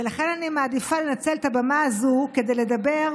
ולכן אני מעדיפה לנצל את הבמה הזאת כדי לדבר,